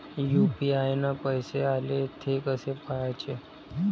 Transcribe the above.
UPI न पैसे आले, थे कसे पाहाचे?